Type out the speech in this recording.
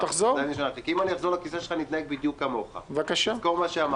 קטי, בבקשה.